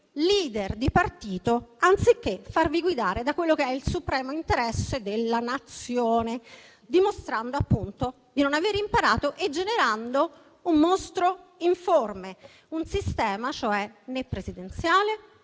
*leader* di partito, anziché farvi guidare da quello che è il supremo interesse della nazione. Avete così dimostrato, appunto, di non aver imparato e avete generato un mostro informe: un sistema né presidenziale,